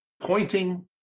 pointing